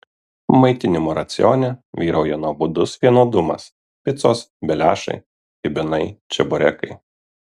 maitinimo racione vyrauja nuobodus vienodumas picos beliašai kibinai čeburekai